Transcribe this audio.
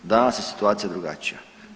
Danas je situacija drugačija.